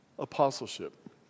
apostleship